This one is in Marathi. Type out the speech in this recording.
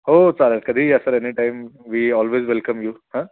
हो चालेल कधीही या sir anytime we always welcome you हा